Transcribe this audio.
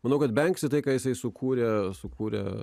manau kad vengsi tai ką jisai sukūrė sukūrė